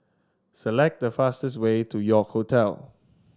select the fastest way to York Hotel